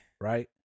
Right